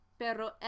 pero